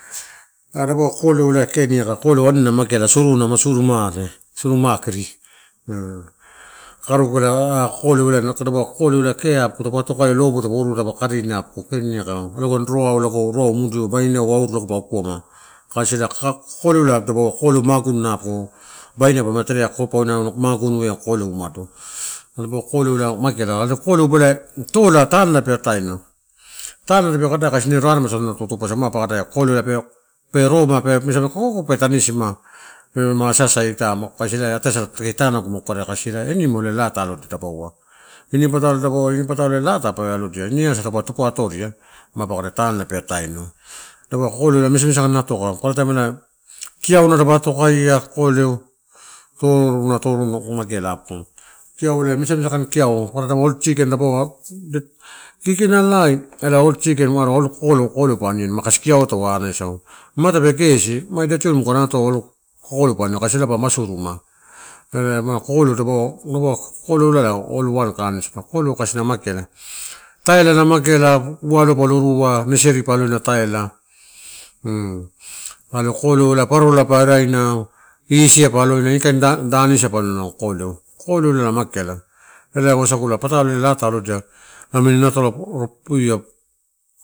A dapau kokoleu ela keniakala okoleu ani nana mageala, suruna na suru mage suru makiri. kakaruk ba, kokoleu ah kokoleu ah kee apuku taupe atokaia lobo taupe iruina lago roau mudiuai bainau aru lago pa okuama kasi, ka, kokoleu la dapaua kokoleu magununa baina pala terea kokopauna pa waino magunu eh kokoleu umado. Maikala ada kokoleu ito tanela pe ataena. Tunela tape kada kokoleu ito tanela pe roma a abesama koko pe tanisima pelamu asasai itu kasi ela ataisala to tanegu magu kadaia, nalo dapana ini patalo laa ta olodia. Ine asu taupe tupa atoria, mapa kada tunela pe ateno, dapana kokoleu misa, misa atoka paparataim kiau na dapa atokaia kokoleu kiau ela misa misa kain kiau paparataim whole chicken kikinalai ela whole chicken umado whole kokoleu pa aniani kasi kiau ta anasau ma tape gesi, ida tioni umado muka nanata whole kokoleu pa aniani kusi ela mapa masuruma. Kokoleula whole kai ani. Kokoleu kasi na mageala taila ma mageala kusi ualuai palo iruina neseri pa alona taila umano kokoleu parola pa eraina. Isi pa aloina inikain danisi beaui pa aloina kokoleu ela na mageala ela wasagu la patalo laa ta allodia amini natola.